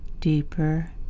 deeper